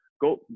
Go